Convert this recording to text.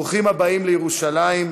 ברוכים הבאים לירושלים,